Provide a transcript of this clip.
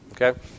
Okay